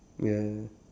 ya